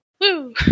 Woo